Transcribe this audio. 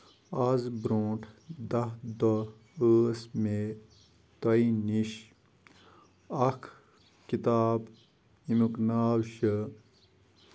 آز برونٹھ دہ دۄہ ٲس مےٚ تۄہہِ نِش اکھ کِتاب ییٚمیُک ناو چھُ